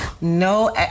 no